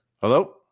Hello